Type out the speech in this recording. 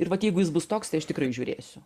ir vat jeigu jis bus toks tai aš tikrai žiūrėsiu